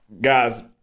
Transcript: guys